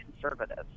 conservatives